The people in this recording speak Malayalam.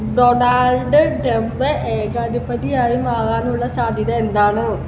ഡൊണാൾഡ് ട്രംപ് ഏകാധിപതിയായി മാറാനുള്ള സാധ്യത എന്താണ്